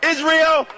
Israel